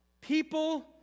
People